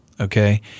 okay